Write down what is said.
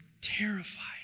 terrified